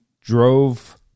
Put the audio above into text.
drove